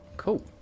Cool